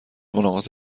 ملاقات